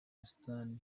busitani